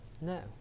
No